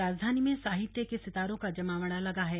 राजधानी में साहित्य के सितारों का जमावड़ा लगा है